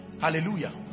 Hallelujah